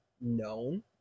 known